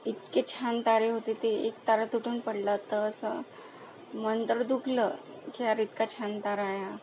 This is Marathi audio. इतके छान तारे होते ते एक तारा तुटून पडला तर असं मन तर दुखलं की अरे इतका छान तारा आहे हा